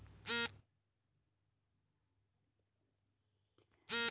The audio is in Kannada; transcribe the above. ಸಣ್ಣ ಪ್ರಮಾಣದ ಕೃಷಿ ಉಪಕರಣ ಖರೀದಿಸಲು ಕೃಷಿ ಇಲಾಖೆಯಿಂದ ಸಹಾಯಧನ ಸಿಗುತ್ತದೆಯೇ?